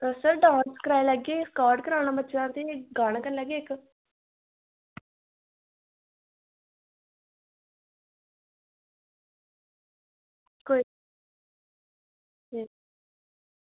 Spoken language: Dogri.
डांस कराई लैगे स्काऊट कराई लैगे ते कन्नै गाना कराई लैगे इक्क